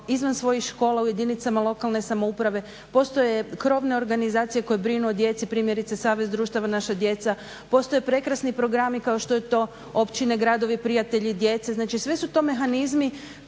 izvan svojih škola u jedinicama lokalne samouprave. Postoje krovne organizacije koje brinu o djeci primjerice Savez društava naša djeca. Postoje prekrasni programi kao što je to općine, gradovi prijatelji djece. Znači, sve su to mehanizmi